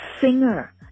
singer